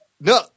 No